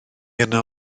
yno